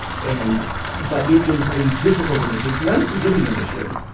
and but it is a difficult industry. it's an unforgiving industry,